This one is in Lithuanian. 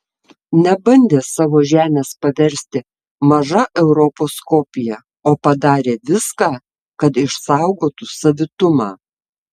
nebandė savo žemės paversti maža europos kopija o padarė viską kad išsaugotų savitumą